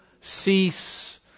cease